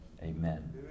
amen